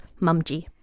Mumji